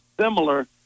similar